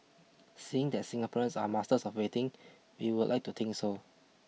seeing that Singaporeans are masters of waiting we would like to think so